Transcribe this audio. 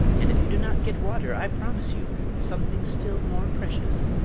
and if you do not get water i promise you something still more precious.